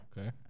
Okay